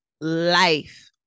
life